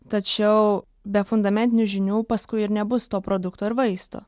tačiau be fundamentinių žinių paskui ir nebus to produkto ir vaisto